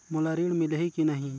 मोला ऋण मिलही की नहीं?